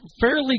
fairly